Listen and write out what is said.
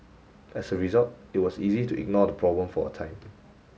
as a result it was easy to ignore the problem for a time